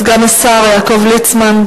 ואחריו, סגן השר יעקב ליצמן.